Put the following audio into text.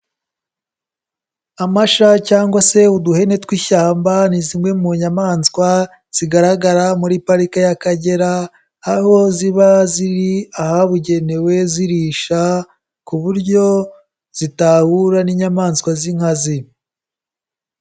Amasha cyangwa se uduhene tw'ishyamba ni zimwe mu nyamaswa zigaragara muri pariki y'Akagera, aho ziba ziri ahabugenewe zirisha ku buryo zitahura n'inyamaswa z'inkazi.